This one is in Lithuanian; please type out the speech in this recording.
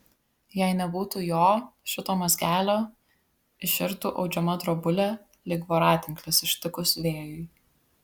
jei nebūtų jo šito mazgelio iširtų audžiama drobulė lyg voratinklis ištikus vėjui